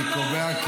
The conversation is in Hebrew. לא צריך ועדה.